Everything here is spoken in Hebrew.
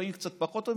לפעמים קצת פחות טובים,